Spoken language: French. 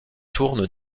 tourne